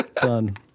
Done